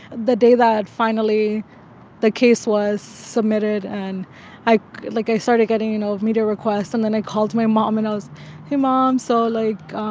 the day that finally the case was submitted and i like, i started getting, you know, media requests. and then i called my mom, and i was hey, mom. so, like,